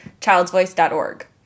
childsvoice.org